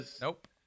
Nope